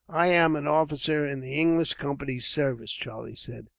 i am an officer in the english company's service, charlie said,